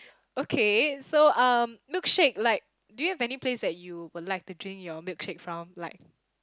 okay so um milkshake like do you have any place that you would like to drink your milkshake from like